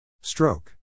Stroke